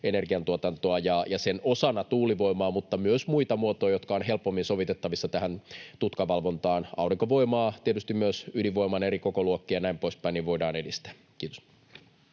energiantuotantoa ja sen osana tuulivoimaa, mutta myös muita muotoja, jotka ovat helpommin sovitettavissa tähän tutkavalvontaan, aurinkovoimaa, tietysti myös ydinvoiman eri kokoluokkia ja näin poispäin. — Kiitos.